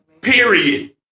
period